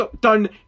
done